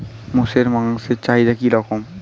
মোষের মাংসের চাহিদা কি রকম?